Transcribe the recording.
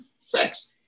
sex